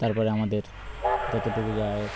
তারপরে আমাদের যতটুকু যা হয়